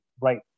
right